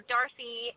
Darcy